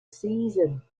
season